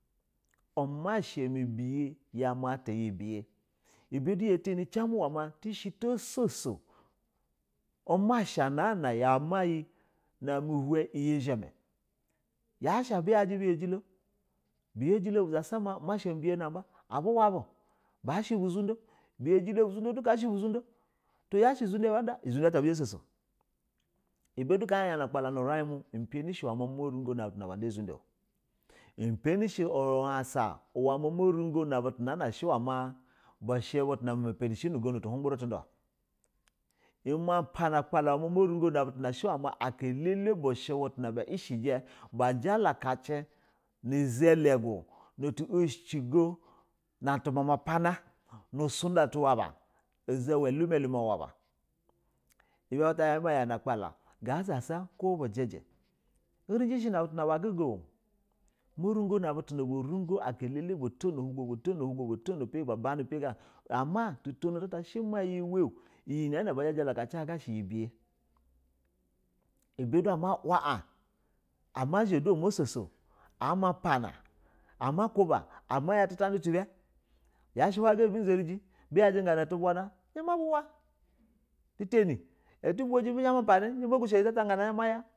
Umasha mabiya ma mala iyi biyi ibe du ya tani ci ma tishi to soso ibe po do yo tani cin ma tish ta mu na ma hewn ma ki zhimi yashi abu yaji beyojilo yashe ba zasa uma sha mibiyi abu uca bub a shi buzudo biya jilo buzudo du ka she buzudo tsi yashi uzunda ata ada uzuda al abuzha ba soso ibe do ka yama yana a kpal ni urin mu ma ma rungo nab utu na ba da uzunila upani shi akala uule ma ma rugo na butu na uzasa uguila utu hmungb wurwu uma pana akpala uma ma rugo na buna aka elele ba ja la ka ki ni zalagu na tu oshiji go na tu ma pano nu sunda ta hcu ba uzama. Uhima limu ulba ibe bata ya ma yana atipala ga limilina ibe bata ya ma yana ga zasa ko buji unyi shin a butu ba guga o morugo na buta na ba rugo batone pa botono aka elele bato pa batono ama tuton at she iyi uwe o yin na bazha jalaka ci hon kasha iyi biye ibe do a ma unla a ama zha du ama soso ama pa na ama ya tuta nil utu ba yashi howi a abi zariji ma buya ji ugana tumo izha mabu wa titani ati zha buma pa hon izha maya.